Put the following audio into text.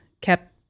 kept